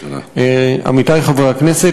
עמיתי חברי הכנסת,